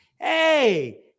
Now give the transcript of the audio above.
Hey